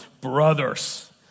brothers